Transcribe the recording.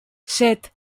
set